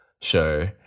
show